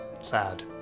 Sad